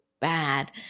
bad